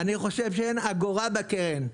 אני חושב שאין אגורה בקרן.